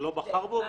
שלא בחר בו?